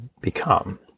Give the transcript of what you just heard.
become